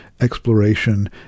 exploration